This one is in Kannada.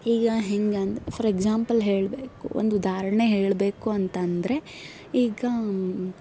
ಈಗ ಹೆಂಗಂದು ಫಾರ್ ಎಕ್ಸಾಂಪಲ್ ಹೇಳಬೇಕು ಒಂದು ಉದಾಹರಣೆ ಹೇಳಬೇಕು ಅಂತ ಅಂದ್ರೆ ಈಗ